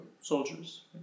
soldiers